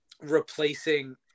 replacing